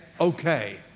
okay